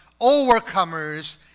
overcomers